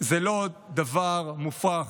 זה לא דבר מופרך.